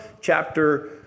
chapter